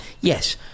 Yes